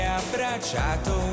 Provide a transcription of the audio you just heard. abbracciato